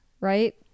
right